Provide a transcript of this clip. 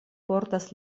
portas